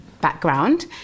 background